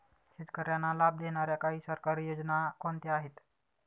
शेतकऱ्यांना लाभ देणाऱ्या काही सरकारी योजना कोणत्या आहेत?